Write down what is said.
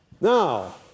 Now